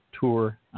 tour